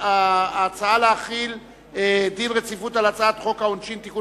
ההצעה להחיל דין רציפות על הצעת חוק העונשין (תיקון